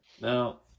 Now